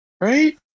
Right